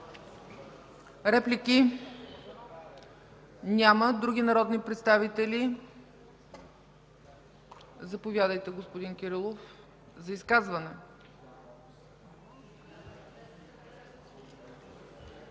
Реплики? Няма. Други народни представители? Заповядайте, господин Кирилов, за изказване.